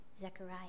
Zechariah